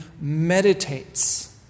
meditates